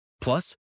Plus